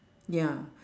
ya